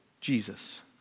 Jesus